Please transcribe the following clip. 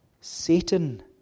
Satan